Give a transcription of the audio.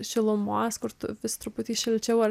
šilumos kur tu vis truputį šilčiau ar